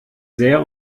sehr